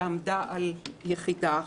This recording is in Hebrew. שעמדה על יחידה אחת.